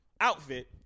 outfit